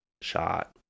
shot